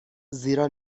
زیرا